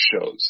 shows